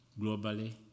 globally